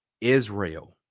Israel